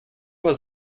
вас